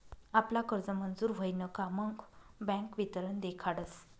आपला कर्ज मंजूर व्हयन का मग बँक वितरण देखाडस